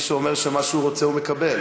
שהוא אומר שמה שהוא רוצה הוא מקבל.